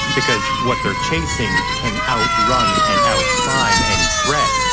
because what they're chasing can outrun and out-climb any threat.